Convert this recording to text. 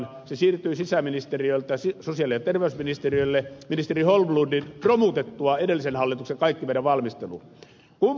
se siirtyi sisäministeriöltä sosiaali ja terveysministeriölle ministeri holmlundin romutettua edellisen hallituksen kaikki meidän valmistelumme